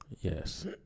Yes